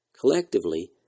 Collectively